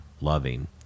loving